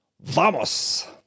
Vamos